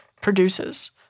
produces